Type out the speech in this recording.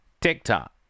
TikTok